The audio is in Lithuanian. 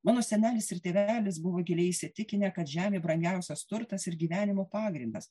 mano senelis ir tėvelis buvo giliai įsitikinę kad žemė brangiausias turtas ir gyvenimo pagrindas